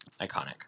Iconic